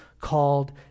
called